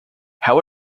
how